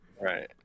Right